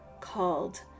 called